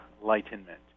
enlightenment